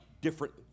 different